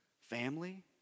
family